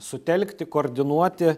sutelkti koordinuoti